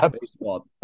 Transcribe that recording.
Baseball